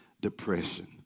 depression